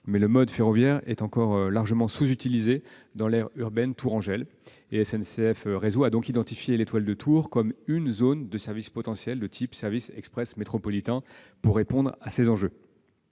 mais le mode ferroviaire est encore largement sous-utilisé dans cette aire urbaine. SNCF Réseau a donc identifié l'étoile de Tours comme une zone de services potentiels de type « services express métropolitains », pour répondre à ces enjeux.